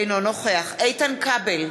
אינו נוכח איתן כבל,